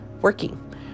working